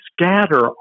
scatter